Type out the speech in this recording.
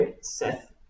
Seth